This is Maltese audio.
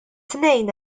tnejn